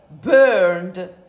burned